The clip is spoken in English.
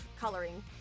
coloring